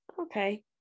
Okay